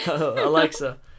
Alexa